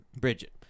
Bridget